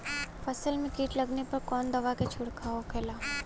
फसल में कीट लगने पर कौन दवा के छिड़काव होखेला?